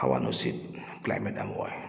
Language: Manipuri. ꯍꯋꯥ ꯅꯨꯡꯁꯤꯠ ꯀ꯭ꯂꯥꯏꯃꯦꯠ ꯑꯃ ꯑꯣꯏ